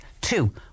two